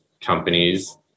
companies